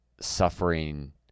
suffering